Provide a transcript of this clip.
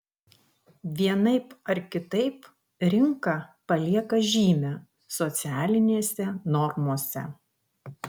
vienaip ar kitaip rinka palieka žymę socialinėse normose